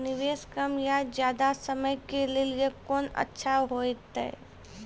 निवेश कम या ज्यादा समय के लेली कोंन अच्छा होइतै?